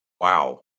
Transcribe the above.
Wow